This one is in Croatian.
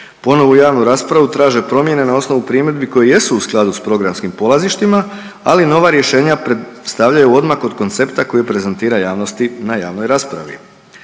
Ponovo u javnu raspravu traže promjene na osnovi primjedbi koje jesu u skladu sa programskim polazištima, ali nova rješenja predstavljaju odmak od koncepta koji prezentira javnosti na javnoj raspravi.